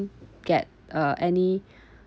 get uh any